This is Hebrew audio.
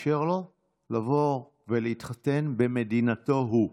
לאפשר לו לבוא ולהתחתן במדינתו הוא.